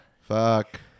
Fuck